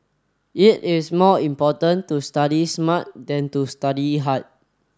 it is more important to study smart than to study hard